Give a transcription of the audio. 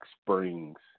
Springs